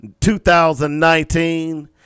2019